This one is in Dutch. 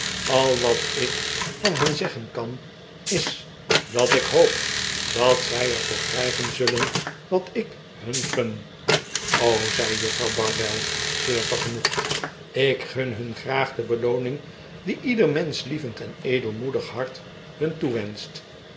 al wat ik van hen zeggen kan is dat ik hoop dat zij er voor krijgen zullen wat ik hun gun zei juffrouw bardell zeer vergenoegd ik gun hun graag de belooning die ieder menschlievend en edelmoedig hart hun toewenscht